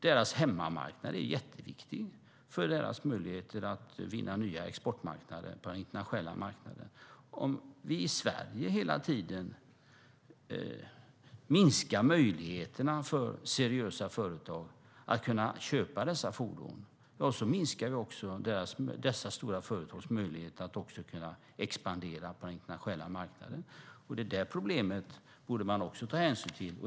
Deras hemmamarknad är jätteviktig för deras möjligheter att vinna nya exportmarknader internationellt. Om vi i Sverige hela tiden minskar möjligheterna för seriösa företag att köpa dessa fordon minskar vi också dessa stora företags möjlighet att expandera på den internationella marknaden. Det problemet borde man också ta hänsyn till.